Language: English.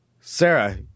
Sarah